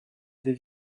les